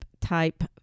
type